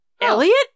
Elliot